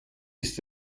ist